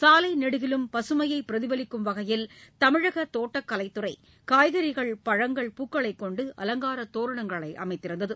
சாலைநெடுகிலும் பசுமையபிரதிபலிக்கும் வகையில் தமிழகதோட்டக்கலைத் துறைகாய்கறிகள் பழங்கள் பூக்களைக் கொண்டு அலங்காரதோரணங்களைஅமைத்துள்ளது